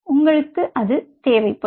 உங்களுக்குத் தேவைப்படும்